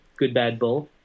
goodbadbull